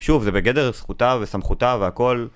שוב, זה בגדר, זכותיו וסמכותיו והכל.